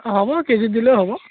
হ'ব কেজিত দিলেও হ'ব